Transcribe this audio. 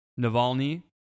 Navalny